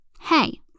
hey